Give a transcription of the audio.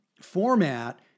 format